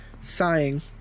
sighing